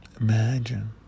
Imagine